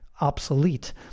obsolete